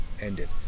ended